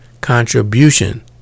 contribution